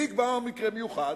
מי יקבע מהו מקרה מיוחד?